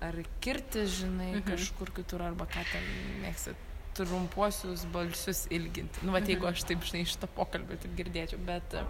ar kirtis žinai kažkur kitur arba ką ten mėgsti trumpuosius balsius ilginti nu vat jeigu aš taip žinai iš to pokalbio tik girdėčiau bet